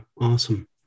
Awesome